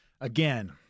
again